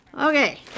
Okay